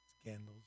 scandals